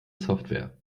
software